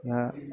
या